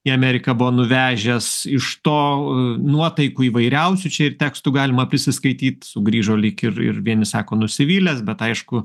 į ameriką buvo nuvežęs iš to nuotaikų įvairiausių čia ir tekstų galima prisiskaityt sugrįžo lyg ir ir vieni sako nusivylęs bet aišku